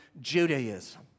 Judaism